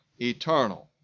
eternal